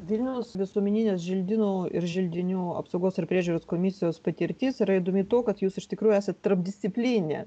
vilniaus visuomeninės želdynų ir želdinių apsaugos ir priežiūros komisijos patirtis yra įdomi tuo kad jūs iš tikrųjų esat tarpdisciplininė